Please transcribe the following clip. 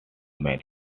mail